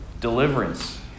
deliverance